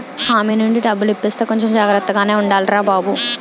హామీ ఉండి డబ్బులు ఇప్పిస్తే కొంచెం జాగ్రత్తగానే ఉండాలిరా బాబూ